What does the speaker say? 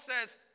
says